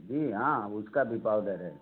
जी हाँ उसका भी पाउडर है